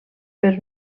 però